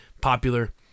popular